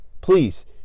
Please